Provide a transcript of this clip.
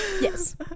Yes